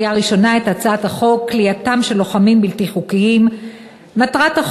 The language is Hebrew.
הצעת חוק כליאתם של לוחמים בלתי חוקיים (תיקון מס'